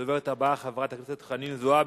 הדוברת הבאה, חברת הכנסת חנין זועבי,